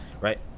right